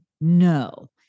No